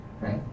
right